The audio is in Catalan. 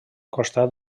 costat